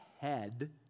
head